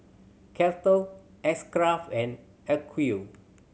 Kettle X Craft and Acuvue